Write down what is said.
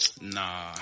Nah